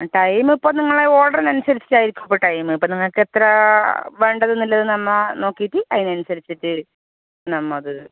time ഇപ്പോൾ നിങ്ങളുടെ ഓർഡറിന് അനുസരിച്ചായിരിക്കും ടൈം ഇപ്പോൾ നിങ്ങൾക്ക് എത്ര വേണ്ടതെന്നുള്ളത് നമ്മൾ നോക്കിയിട്ട് അതിനനുസരിച്ച് നമ്മുടേത്